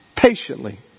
Patiently